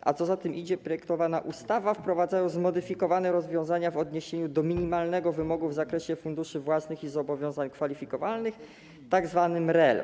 a co za tym idzie - projektowana ustawa, wprowadza zmodyfikowane rozwiązania w odniesieniu do minimalnego wymogu w zakresie funduszy własnych i zobowiązań kwalifikowalnych, tzw. MREL.